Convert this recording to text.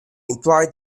imply